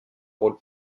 rôle